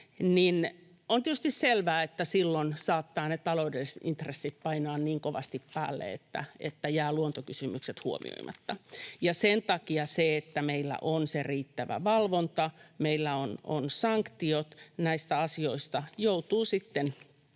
on tietysti selvää, että silloin saattavat ne taloudelliset intressit painaa niin kovasti päälle, että jäävät luontokysymykset huomioimatta. Sen takia se, että meillä on se riittävä valvonta ja meillä on sanktiot näistä asioista, eli joutuu sitten